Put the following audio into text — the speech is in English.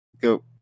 Go